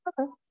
okay